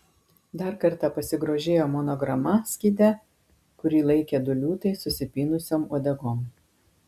dar kartą pasigrožėjo monograma skyde kurį laikė du liūtai susipynusiom uodegom